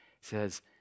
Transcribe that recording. says